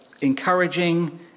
encouraging